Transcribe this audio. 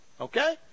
Okay